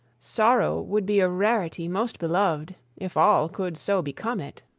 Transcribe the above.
sorrow would be a rarity most belov'd, if all could so become it.